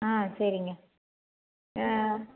ஆ சரிங்க